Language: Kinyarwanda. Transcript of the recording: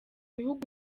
bihugu